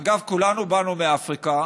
אגב, כולנו באנו מאפריקה.